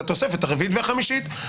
את התוספת הרביעית והחמישית.